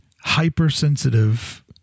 hypersensitive